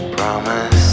Promise